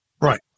Right